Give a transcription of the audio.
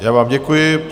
Já vám děkuji.